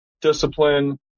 discipline